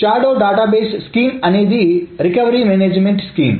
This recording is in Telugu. షాడో డేటాబేస్ పథకం అనేది రికవరీ మేనేజ్మెంట్ పథకం